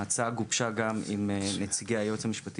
ההצעה גובשה גם עם נציגי היועץ המשפטי